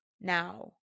now